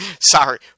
sorry